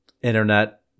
internet